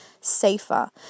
safer